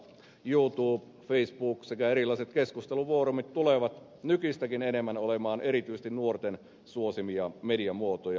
youtube facebook sekä erilaiset keskustelufoorumit tulevat nykyistäkin enemmän olemaan erityisesti nuorten suosimia mediamuotoja